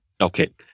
Okay